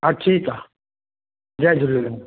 हा ठीकु आहे जय झूलेलाल